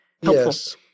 Yes